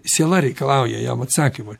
siela reikalauja jam atsakymo